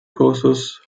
courses